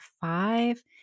five